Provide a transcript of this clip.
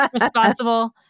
responsible